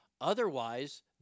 Otherwise